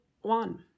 one